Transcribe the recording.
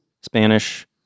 Spanish